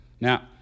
Now